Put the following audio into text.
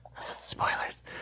spoilers